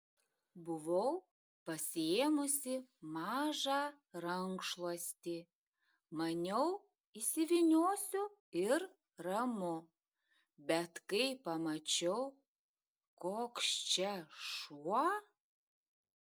buvau pasiėmusi mažą rankšluostį maniau įsivyniosiu ir ramu bet kai pamačiau koks čia šuo